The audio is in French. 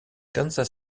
kansas